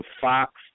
Fox